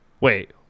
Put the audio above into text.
Wait